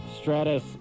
Stratus